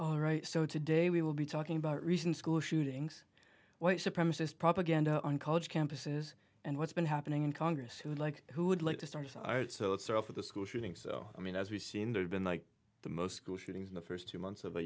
all right so today we will be talking about recent school shootings white supremacist propaganda on college campuses and what's been happening in congress who like who would like to start so it's all for the school shooting so i mean as we see in there's been like the most school shootings in the first two months of the